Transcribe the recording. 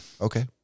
Okay